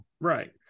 right